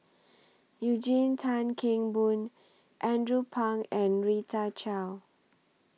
Eugene Tan Kheng Boon Andrew Phang and Rita Chao